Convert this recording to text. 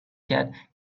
کرد